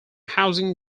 housing